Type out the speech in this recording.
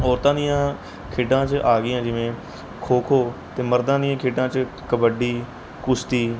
ਔਰਤਾਂ ਦੀਆਂ ਖੇਡਾਂ 'ਚ ਆ ਗਈਆਂ ਜਿਵੇਂ ਖੋ ਖੋ 'ਤੇ ਮਰਦਾਂ ਦੀਆਂ ਖੇਡਾਂ 'ਚ ਕਬੱਡੀ ਕੁਸ਼ਤੀ